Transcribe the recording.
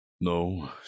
No